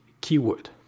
keyword